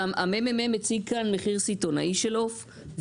הממ"מ הציג כאן מחיר סיטונאי של עוף,